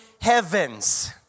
heavens